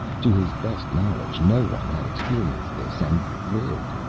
to his best knowledge, no one had experienced this and lived.